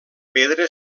pedra